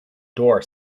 door